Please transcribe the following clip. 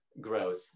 growth